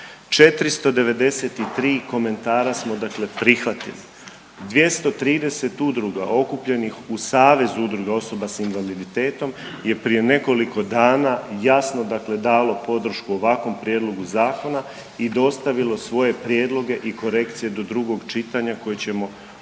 493 komentara smo prihvatili, 230 udruga okupljenih u Savez udruga osoba s invaliditetom je prije nekoliko dana jasno dalo podršku ovakvom prijedlogu zakona i dostavilo svoje prijedloge i korekcije do drugog čitanja koje ćemo u